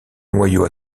noyau